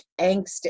angst